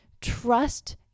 trust